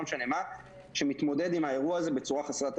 או לא משנה מה שמתמודד עם האירוע הזה בצורה חסרת תקדים.